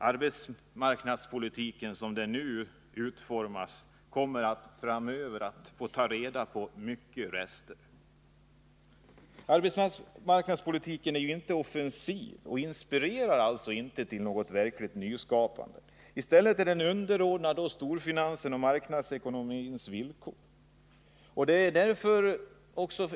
Arbetsmarknadspolitiken, som den nu utformas, kommer framöver att få ta reda på mycket av resterna från denna process. Arbetsmarknadspolitiken är inte offensiv och inspirerar alltså inte till något verkligt nyskapande. I stället är den underordnad storfinansens och marknadsekonomins villkor.